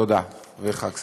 תודה וחג שמח.